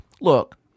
look